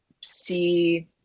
see